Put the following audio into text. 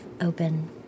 open